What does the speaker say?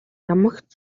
ямагт